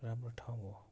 राम्रो ठाउँ हो